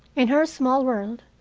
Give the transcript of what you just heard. in her small world,